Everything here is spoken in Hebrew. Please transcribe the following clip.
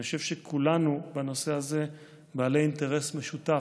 אני חושב שכולנו בנושא הזה בעלי אינטרס משותף,